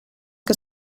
que